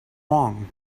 wrong